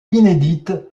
inédite